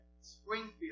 Springfield